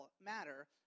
matter